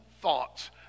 thoughts